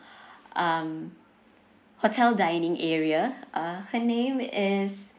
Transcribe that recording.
um hotel dining area uh her name is